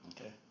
okay